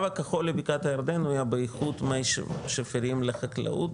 הכחול לבקעת הירדן הוא באיכות מי שפירים לחקלאות,